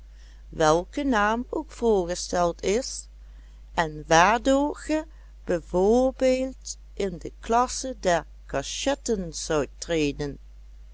welke naam ook voorgesteld is en waardoor ge b v in de klasse der cachetten zoudt treden